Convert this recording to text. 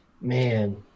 Man